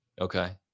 Okay